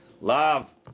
Love